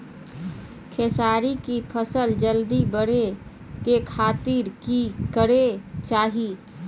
खेसारी के फसल जल्दी बड़े के खातिर की करे के चाही?